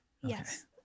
Yes